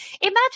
imagine